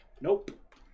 nope